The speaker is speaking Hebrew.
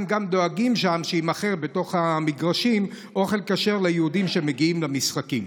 הם גם דואגים שם שבתוך המגרשים יימכר אוכל כשר ליהודים שמגיעים למשחקים.